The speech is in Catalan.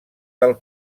del